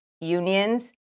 unions